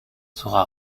sera